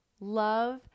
Love